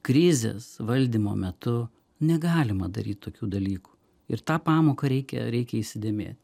krizės valdymo metu negalima daryt tokių dalykų ir tą pamoką reikia reikia įsidėmėt